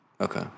Okay